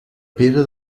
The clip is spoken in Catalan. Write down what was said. pere